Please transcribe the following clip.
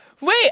Wait